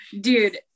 Dude